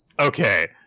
Okay